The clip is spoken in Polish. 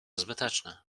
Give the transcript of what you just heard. zbyteczne